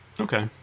Okay